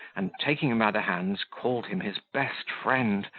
and, taking him by the hands, called him his best friend,